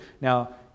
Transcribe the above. Now